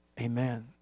Amen